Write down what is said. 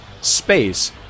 space